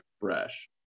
fresh